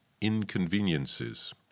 inconveniences